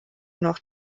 noch